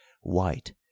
white